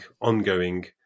ongoing